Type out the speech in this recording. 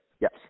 Yes